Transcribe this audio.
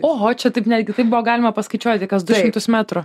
oho čia taip netgi taip buvo galima paskaičiuoti kas du šimtus metrų